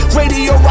Radio